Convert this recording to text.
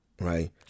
Right